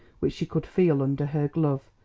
which she could feel under her glove,